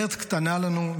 ארץ קטנה לנו,